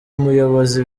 umuyobozi